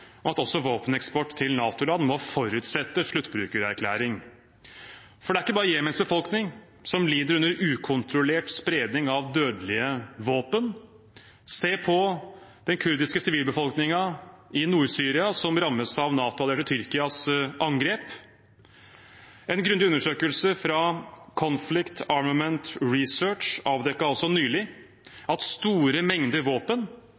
at også våpeneksport til NATO-land må forutsette sluttbrukererklæring. For det er ikke bare Jemens befolkning som lider under ukontrollert spredning av dødelige våpen; se på den kurdiske sivilbefolkningen i Nord-Syria, som rammes av NATOs, eller var det Tyrkias, angrep. En grundig undersøkelse fra Conflict Armament Research avdekket nylig at store mengder våpen